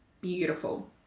beautiful